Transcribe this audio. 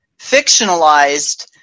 fictionalized